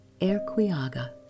Erquiaga